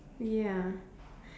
ya